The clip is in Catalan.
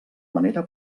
manera